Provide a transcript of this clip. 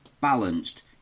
balanced